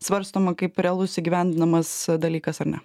svarstoma kaip realus įgyvendinamas dalykas ar ne